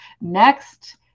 Next